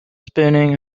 spinning